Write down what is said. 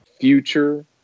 future